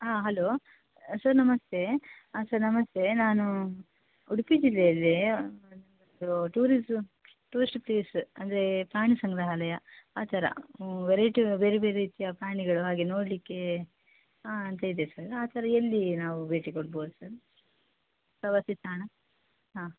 ಹಾಂ hello sir ನಮಸ್ತೆ ಹಾಂ ಸರ್ ನಮಸ್ತೆ ನಾನು ಉಡುಪಿ ಜಿಲ್ಲೆಯಲ್ಲಿ ಟೂರಿಸು ಟೂರಿಸ್ಟ್ ಪ್ಲೇಸ ಅಂದರೆ ಪ್ರಾಣಿ ಸಂಗ್ರಹಾಲಯ ಆ ಥರ ವೆರೈಟಿ ಬೇರೆ ಬೇರೆ ರೀತಿಯ ಪ್ರಾಣಿಗಳು ಹಾಗೆ ನೋಡಲಿಕ್ಕೆ ಹಾಂ ಅಂತ ಇದೆ ಸರ್ ಆ ಥರ ಎಲ್ಲಿ ನಾವು ಭೇಟಿ ಕೊಡ್ಬೌದು ಸರ್ ಪ್ರವಾಸಿ ತಾಣ ಹಾಂ